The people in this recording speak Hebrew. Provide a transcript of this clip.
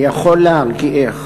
אני יכול להרגיעך,